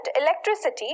electricity